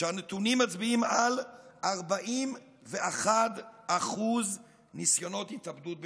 שהנתונים מצביעים על 41% ניסיונות התאבדות בקרבם.